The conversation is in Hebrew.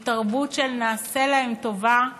מתרבות של "נעשה להם טובה"